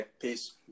Peace